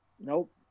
Nope